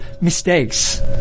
mistakes